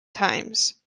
times